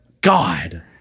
god